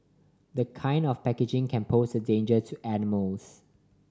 the kind of packaging can pose a danger to animals